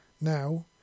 Now